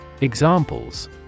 Examples